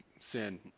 sin